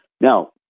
Now